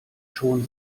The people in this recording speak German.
schon